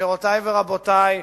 גבירותי ורבותי,